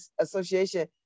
association